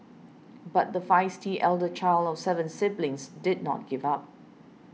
but the feisty elder child of seven siblings did not give up